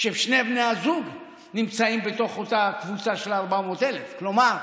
ששני בני הזוג נמצאים באותה קבוצה של 400,000. כלומר,